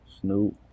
Snoop